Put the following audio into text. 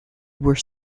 were